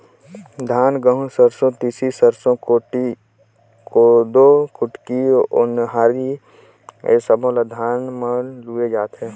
धान, गहूँ, सरसो, तिसी, सरसो, कोदो, कुटकी, ओन्हारी ए सब्बो ल धान म लूए जाथे